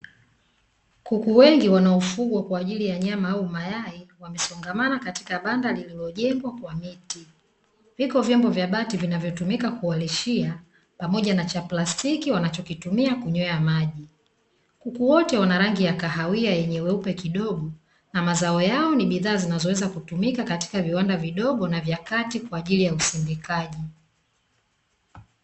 kuku wengi wanafugwa kwa ajili ya nyama au mayai, a wamesongamana katika banda liliojengwa kwa miti, vipo vyombo vya bati vinavyotumika kuwalishia pamoja na cha plastiki wanachokitumika kunywea maji, kuku wote wana rangi ya kahawia yenye weupe kidogo, na mazao ni bidhaa zinazoweza kutumika katika viwanda vidogo na vya kati kwa ajili ya usindikaji.